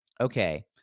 Okay